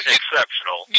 exceptional